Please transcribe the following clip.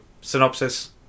synopsis